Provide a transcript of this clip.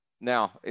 now